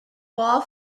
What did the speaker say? wall